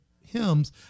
hymns